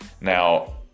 Now